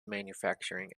manufacturing